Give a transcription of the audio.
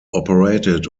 operated